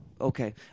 Okay